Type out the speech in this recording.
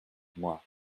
moi